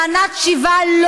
טענת שיבה,